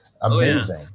Amazing